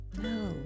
No